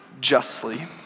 justly